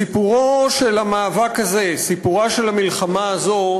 סיפורו של המאבק הזה, סיפורה של המלחמה הזאת,